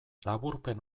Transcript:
laburpen